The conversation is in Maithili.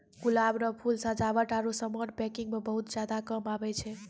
गुलाब रो फूल सजावट आरु समान पैकिंग मे बहुत ज्यादा काम आबै छै